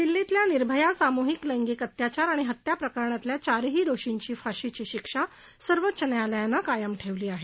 दिल्लीतल्या निर्भया सामूहिक लैंगिक अत्याचार आणि हत्या प्रकरणातल्या चारही दोषींची फाशीची शिक्षा सर्वोच्च न्यायालयानं कायम ठेवली आहे